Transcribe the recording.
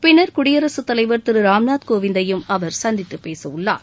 பின்னர் குடியரசுத் தலைவர் திரு ராம்நாத் கோவிந்தையும் அவர் சந்தித்து பேசுவுள்ளார்